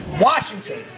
Washington